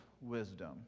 wisdom